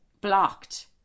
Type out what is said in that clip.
blocked